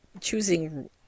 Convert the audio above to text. choosing